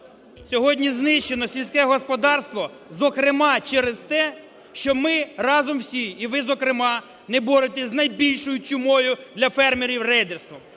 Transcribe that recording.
Сьогодні знищено сільське господарство, зокрема через те, що ми разом всі, і ви зокрема, не боретеся з найбільшою чумою для фермерів - рейдерством.